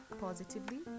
positively